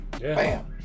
bam